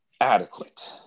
adequate